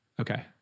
Okay